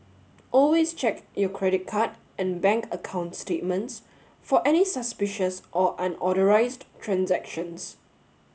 always check your credit card and bank account statements for any suspicious or unauthorised transactions